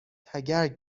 تگرگ